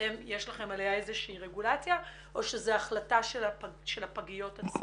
יש לכם עליה איזושהי רגולציה או שזו החלטה של הפגיות עצמן?